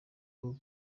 bwo